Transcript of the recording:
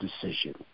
decision